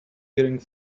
hearing